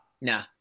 Nah